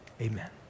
Amen